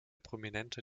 prominente